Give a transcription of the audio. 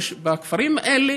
בכפרים האלה